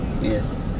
Yes